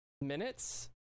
minutes